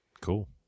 Cool